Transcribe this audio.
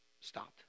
stopped